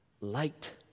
Light